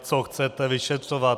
Co chcete vyšetřovat?